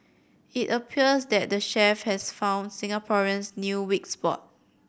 it appears that the chef has found Singaporeans'new weak spot